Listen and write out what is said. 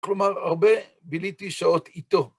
כלומר, הרבה ביליתי שעות איתו.